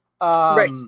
Right